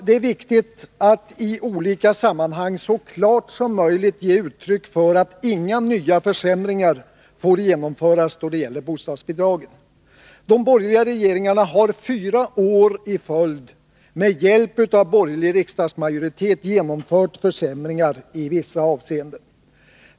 Det är viktigt att i olika sammanhang så klart som möjligt ge uttryck för att inga nya försämringar får genomföras då det gäller bostadsbidragen. De borgerliga regeringarna har fyra år i följd med hjälp av borgerlig riksdagsmajoritet genomfört försämringar i vissa avseenden.